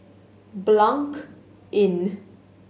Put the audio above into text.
Blanc Inn